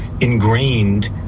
ingrained